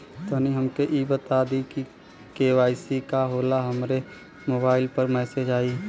तनि हमके इ बता दीं की के.वाइ.सी का होला हमरे मोबाइल पर मैसेज आई?